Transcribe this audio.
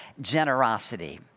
generosity